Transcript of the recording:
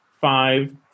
five